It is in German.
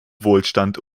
wohlstand